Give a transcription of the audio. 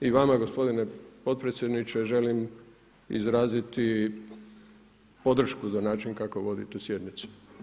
I vama gospodine potpredsjedniče želim izraziti podršku za način kako vodite sjednicu.